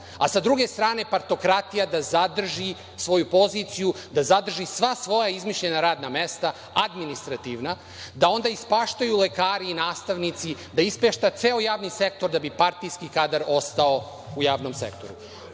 a sa druge strane, partokratija da zadrži svoju poziciju, da zadrži sva svoja izmišljena radna mesta, administrativna, da onda ispaštaju lekari i nastavnici, da ispašta ceo javni sektor da bi partijski kadar ostao u javnom sektoru.